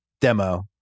demo